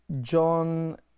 John